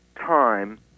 time